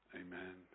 Amen